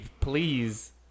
please